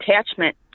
attachment